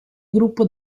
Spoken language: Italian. gruppo